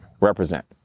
represent